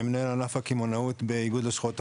מנהל ענף הקמעונאות באיגוד לשכות המסחר.